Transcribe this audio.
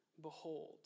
Behold